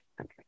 Okay